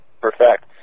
perfect